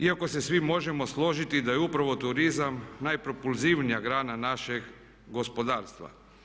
Iako se svi možemo složiti da je upravo turizam najpropulzivnija grana našeg gospodarstva.